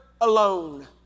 alone